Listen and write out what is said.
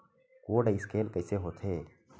Code scan कइसे होथे?